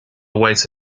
await